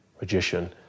magician